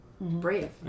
brave